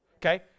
Okay